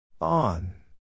On